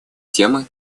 темы